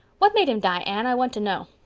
what made him die, anne, i want to know.